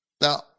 Now